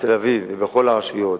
בתל-אביב ובכל הרשויות,